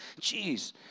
Jeez